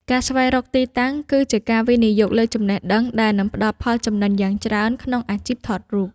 ការស្វែងរកទីតាំងគឺជាការវិនិយោគលើចំណេះដឹងដែលនឹងផ្ដល់ផលចំណេញយ៉ាងច្រើនក្នុងអាជីពថតរូប។